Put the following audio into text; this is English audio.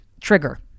trigger